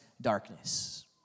darkness